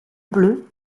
bleue